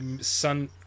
sun